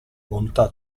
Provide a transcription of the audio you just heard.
bontà